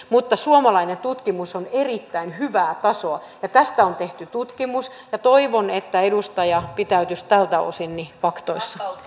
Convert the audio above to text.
mutta suomalainen tutkimus on erittäin hyvää tasoa tästä on tehty tutkimus ja toivon että edustaja pitäytyisi tältä osin faktoissa